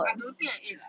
I don't think I ate lah